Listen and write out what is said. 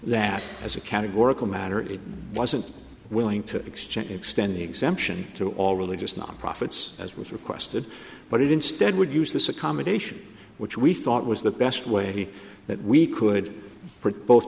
that as a categorical matter it wasn't willing to exchange extending exemption to all religious non profits as was requested but it instead would use this accommodation which we thought was the best way that we could